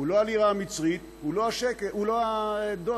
הוא לא הלירה המצרית, הוא לא הדולר.